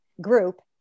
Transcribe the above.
group